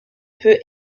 peu